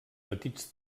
petits